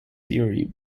theory